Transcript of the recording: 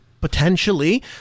potentially